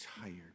tired